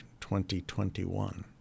2021